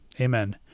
Amen